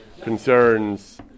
concerns